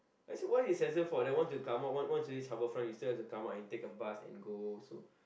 actually why then once you come out once you reach Harbourfront you still have to come out and take the bus and go also